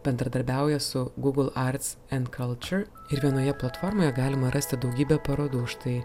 bendradarbiauja su google arts and culture ir vienoje platformoje galima rasti daugybę parodų štai